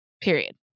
Period